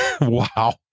Wow